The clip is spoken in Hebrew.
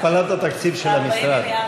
הכפלת התקציב של המשרד,